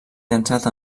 llançat